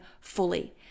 fully